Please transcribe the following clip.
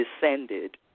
descended